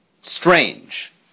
Strange